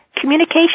communication